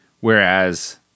whereas